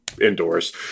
indoors